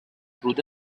through